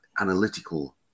analytical